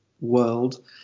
world